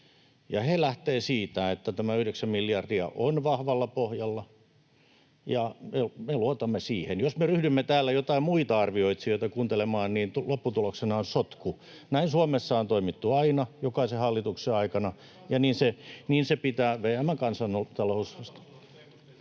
he lähtevät siitä, että tämä yhdeksän miljardia on vahvalla pohjalla, ja me luotamme siihen. Jos me ryhdymme täällä joitain muita arvioitsijoita kuuntelemaan, niin lopputuloksena on sotku. Näin Suomessa on toimittu aina, jokaisen hallituksen aikana, ja niin se pitää tehdä.